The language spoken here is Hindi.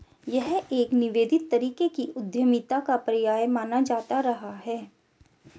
यह एक निवेदित तरीके की उद्यमिता का पर्याय माना जाता रहा है